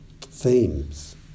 themes